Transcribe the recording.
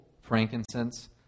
frankincense